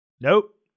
Nope